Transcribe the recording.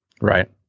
Right